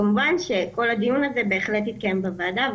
כמובן שכל הדיון הזה בהחלט יתקיים בוועדה.